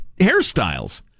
hairstyles